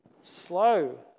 Slow